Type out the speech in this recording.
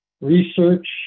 research